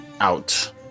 out